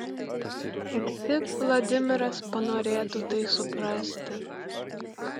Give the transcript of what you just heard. kad tik vladimiras panorėtų tai suprasti